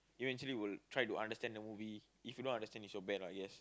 eventually will try to understand the movie if you don't understand is your bad lah